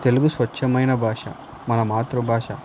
తెలుగు స్వచ్ఛమైన భాష మన మాతృభాష